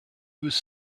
was